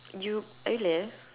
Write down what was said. you are you there